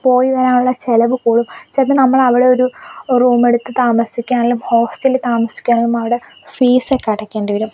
പോയി വരാനുള്ള ചിലവ് കൂടും ചിലപ്പോൾ നമ്മൾ അവിടെ ഒരു റൂം എടുത്ത് താമസിക്കാനുള്ള ഹോസ്റ്റലിൽ താമസിക്കാനും അവിടെ ഫീസ് ഒക്കെ അടക്കേണ്ടി വരും